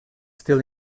still